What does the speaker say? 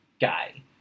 guy